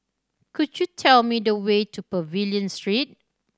could you tell me the way to Pavilion Street